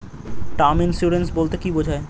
Term insurance বলতে কী বোঝায়?